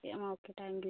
okay thank you